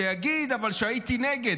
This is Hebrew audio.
שיגיד אבל שהייתי נגד.